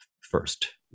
first